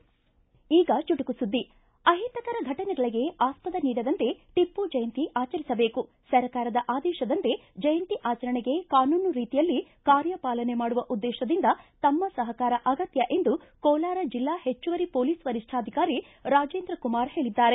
ನಂದೀಶ ಈಗ ಚುಟುಕು ಸುದ್ದಿ ಅಹಿತಕರ ಫಟನೆಗಳಿಗೆ ಆಸ್ಪದ ನೀಡದಂತೆ ಟಿಪ್ಪು ಜಯಂತಿ ಆಚರಿಸಬೇಕು ಸರ್ಕಾರದ ಆದೇಶದಂತೆ ಜಯಂತಿ ಅಚರಣೆಗೆ ಕಾನೂನು ರೀತಿಯಲ್ಲಿ ಕಾರ್ಯಪಾಲನೆ ಮಾಡುವ ಉದ್ದೇಶದಿಂದ ತಮ್ಮ ಸಹಕಾರ ಅಗತ್ಯ ಎಂದು ಕೋಲಾರ ಜಿಲ್ಲಾ ಹೆಚ್ಚುವರಿ ಪೊಲೀಸ್ ವರಿಷ್ಠಾಧಿಕಾರಿ ರಾಜೇಂದ್ರ ಕುಮಾರ್ ಹೇಳಿದರು